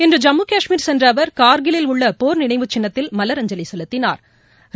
இன்று ஜம்மு கஷ்மீர் சென்ற அவர் கார்கில்லில் உள்ள போர் நினைவு சின்னத்தில் மலரஞ்சலி செலுத்தினா்